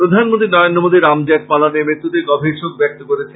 প্রধানমন্ত্রী নরেন্দ্র মোদি জেঠমালানীর মৃত্যুতে গভীর শোক ব্যক্ত করেছেন